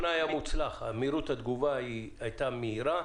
מהירות התגובה בוועדה הראשונה הייתה מהירה.